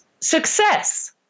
success